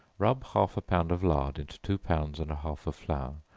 rub half a pound of lard into two pounds and a half of flour,